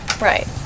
Right